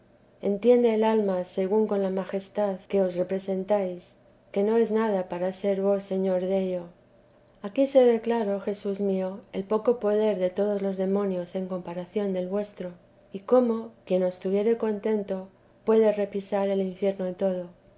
entiende el alma según con la majestad que os representáis que no es nada para ser vos señor dello aquí se ve claro jesús mío el poco poder de todos los demonios en comparación del vuestro y cómo quien os tuviere contento puede repisar el infierno todo